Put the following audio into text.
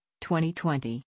2020